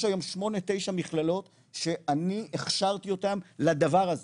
יש היום 8-9 מכללות שאני הכשרתי אותן לדבר הזה,